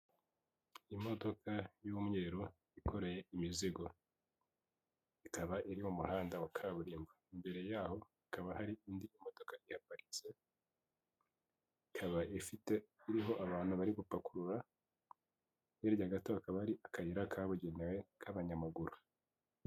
Imodoka y'umweru yikoreye imizigo ikaba iri mu muhanda wa kaburimbo. Imbere yaho hakaba hari indi modoka yaparitse ikaba ifite, iriho abantu bari gupakurura hirya gato hakaba hari akayira kabugenewe k'abanyamaguru.